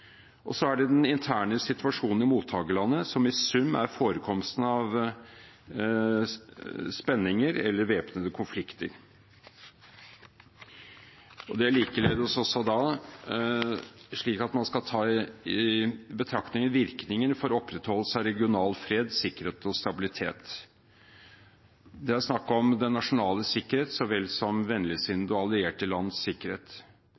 den interne situasjonen i mottakerlandet, som i sum er forekomsten av spenninger eller væpnede konflikter. Likeledes skal man ta i betraktning virkningen for opprettholdelse av regional fred, sikkerhet og stabilitet. Det er snakk om den nasjonale sikkerhet så vel som vennligsinnede og allierte lands sikkerhet.